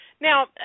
Now